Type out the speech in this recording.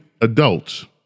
adults